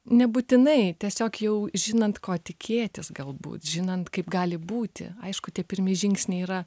nebūtinai tiesiog jau žinant ko tikėtis galbūt žinant kaip gali būti aišku tie pirmi žingsniai yra